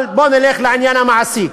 אבל בואו נלך לעניין המעשי.